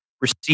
receive